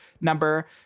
number